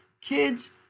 Kids